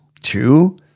two